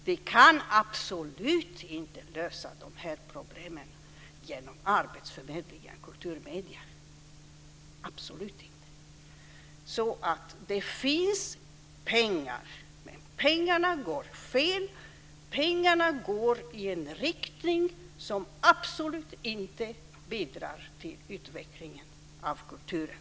Vi kan absolut inte lösa dem genom arbetsförmedlingen kultur-media. Det finns pengar, men de går fel. Pengarna går i en riktning där de absolut inte bidrar till utvecklingen av kulturen